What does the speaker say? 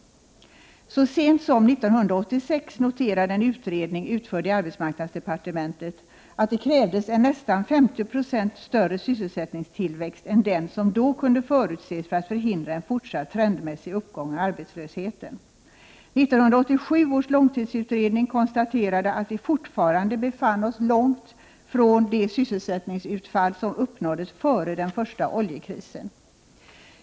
Så sent som 1986 noterade en utredning utförd i arbetsmarknadsdepartementet att det krävdes en nästan 50 96 större sysselsättningstillväxt än den som då kunde förutses för att förhindra en fortsatt trendmässig uppgång av arbetslösheten. 1987 års långtidsutredning konstaterade att vi fortfarande befann oss långt från det sysselsättningsutfall som uppnåddes före den första oljekrisen.